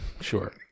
Sure